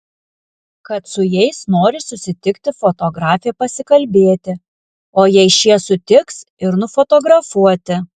kad su jais nori susitikti fotografė pasikalbėti o jei šie sutiks ir nufotografuoti